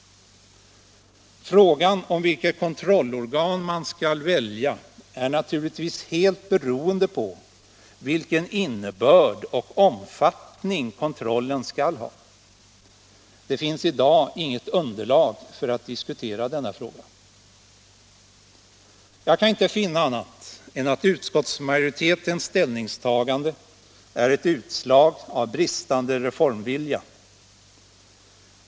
Vilket kontrollorgan man skall välja är naturligtvis helt beroende på vilken innebörd och omfattning kontrollen skall ha. Det finns i dag inget underlag för att diskutera denna fråga. Jag kan inte finna annat än att utskottsmajoritetens ställningstagande är ett utslag av bristande reformvilja.